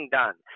done